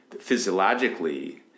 physiologically